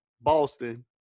Boston